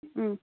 ꯎꯝ